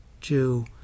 Jew